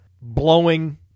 blowing